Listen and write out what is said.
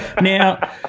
Now